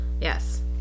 Yes